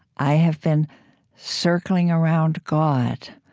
i have been circling around god,